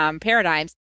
paradigms